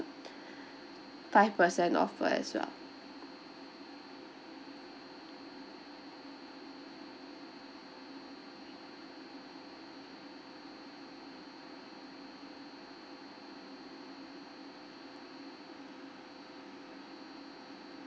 five percent offer as well